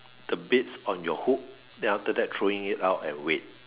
the baits on your hook then after that throwing it out and wait